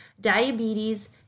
diabetes